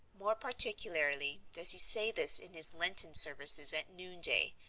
more particularly does he say this in his lenten services at noonday,